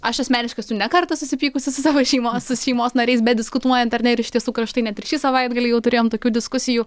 aš asmeniškai esu ne kartą susipykusi su savo šeimos su šeimos nariais bediskutuojant ar ne ir iš tiesų kad ir štai net ir šį savaitgalį jau turėjom tokių diskusijų